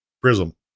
Prism